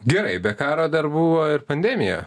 gerai be karo dar buvo ir pandemija